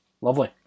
lovely